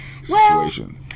situation